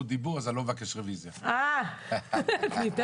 אנחנו אולי נדבר על התוספות, על ההערות